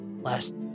last